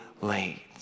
late